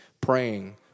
Praying